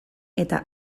eta